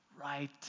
right